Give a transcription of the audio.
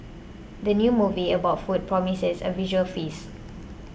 the new movie about food promises a visual feast